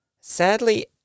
Sadly